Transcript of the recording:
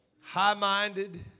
High-minded